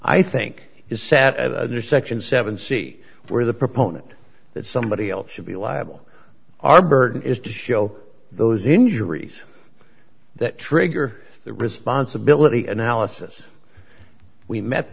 i think is sat under section seven c where the proponent that somebody else should be liable our burden is to show those injuries that trigger the responsibility analysis we met